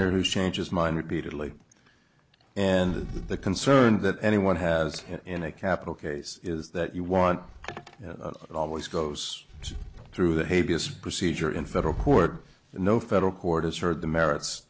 person who's change his mind repeatedly and the concern that anyone has in a capital case is that you want always goes through the a b s procedure in federal court no federal court has heard the merits